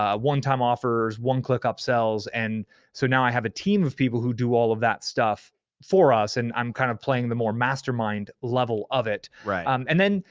ah one-time offers, one-click upsells, and so now i have a team of people who do all of that stuff for us and i'm kind of playing the more mastermind level of it, um and then,